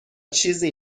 چیزی